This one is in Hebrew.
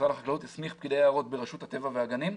משרד החקלאות הסמיך פקידי יערות ברשות הטבע והגנים,